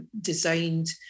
designed